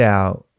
out